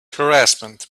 harassment